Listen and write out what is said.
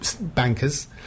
bankers